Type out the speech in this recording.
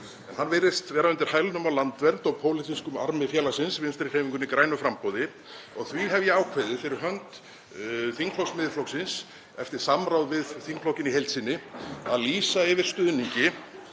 Hann virðist vera undir hælnum á Landvernd og pólitískum armi félagsins, Vinstrihreyfingunni – grænu framboði, og því hef ég ákveðið fyrir hönd þingflokks Miðflokksins, eftir samráð við þingflokkinn í heild sinni, að lýsa yfir stuðningi